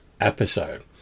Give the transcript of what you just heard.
episode